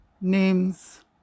names